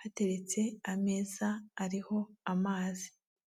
hateretse ameza ariho amazi.